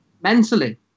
Mentally